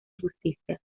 justicia